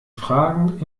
fragen